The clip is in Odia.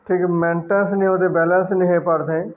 ଠିକ୍ ମେଣ୍ଟେନ୍ସ ନ ହନ୍ତି ବ୍ୟାଲେନ୍ସ ନି ହେଇ ପଢ଼େ